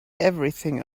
everything